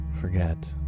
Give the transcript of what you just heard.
forget